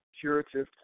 Curative